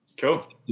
Cool